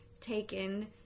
taken